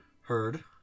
heard